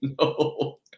no